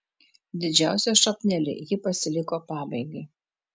didžiausią šrapnelį ji pasiliko pabaigai